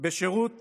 בשירות